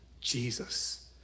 Jesus